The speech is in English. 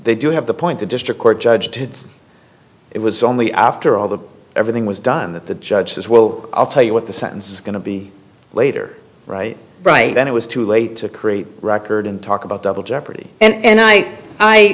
they do have the point the district court judge to it was only after all the everything was done that the judge says well i'll tell you what the sentence going to be later right right then it was too late to create record and talk about double jeopardy and